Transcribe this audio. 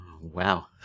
wow